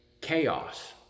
chaos